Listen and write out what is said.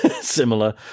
similar